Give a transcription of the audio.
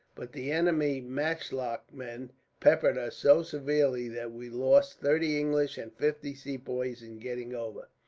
but the enemy's matchlock men peppered us so severely that we lost thirty english and fifty sepoys in getting over.